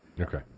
Okay